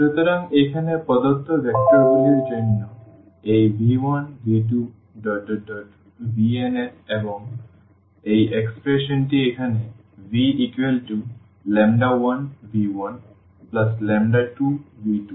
সুতরাং এখানে প্রদত্ত ভেক্টরগুলির জন্য এই v1v2vn এবং এই এক্সপ্রেশনটি এখানে vλ1v12v2nvn